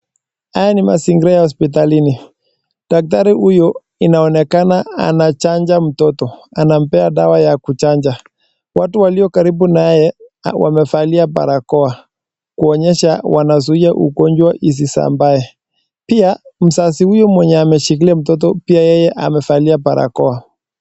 Haya ni mazingira ya hospitalini. Daktari huyo inaonekana anachanja mtoto. Anampea dawa ya kuchanja. Watu walio karibu naye, wamevalia barakoa kuonyesha wanazuia ugonjwa isisambae. Pia mzazi huyo mwenye ameshikilia mtoto, pia yeye amevalia barakoa.